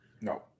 No